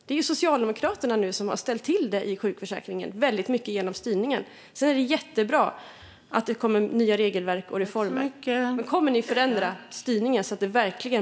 Det är ju Socialdemokraterna som har ställt till det i sjukförsäkringen, väldigt mycket genom styrningen. Sedan är det jättebra att det kommer nya regelverk och reformer. Men kommer ni att förändra styrningen, så att det verkligen blir skillnad?